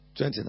29